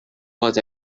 was